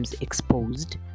exposed